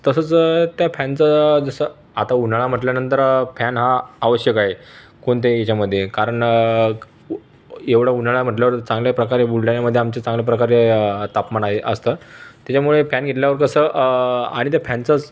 तसं जर त्या फॅनचं जसं आता उन्हाळा म्हटल्यानंतर फॅन हा आवश्यक आहे कोणत्याही याच्यामध्ये कारण एवढा उन्हाळा म्हटल्यावर चांगल्या प्रकारे बुलढाणामध्ये आमच्या प्रकारे तापमान आहे असतं त्याच्यामुळे फॅन घेतल्यावर कसं आणि त्या फॅनचं